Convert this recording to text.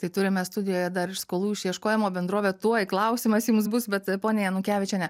tai turime studijoje dar ir skolų išieškojimo bendrovę tuoj klausimas jums bus bet ponia janukevičiene